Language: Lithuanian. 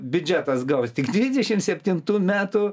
biudžetas gaus tik dvidešim septintų metų